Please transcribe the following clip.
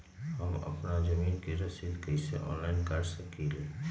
हम अपना जमीन के रसीद कईसे ऑनलाइन कटा सकिले?